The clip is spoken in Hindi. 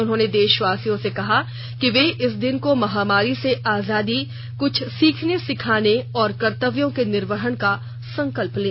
उन्होंने देशवासियों से कहा कि वे इस दिन को महामारी से आजादी कुछ सीखने सिखाने और कर्तव्यों के निर्वहण का संकल्प लें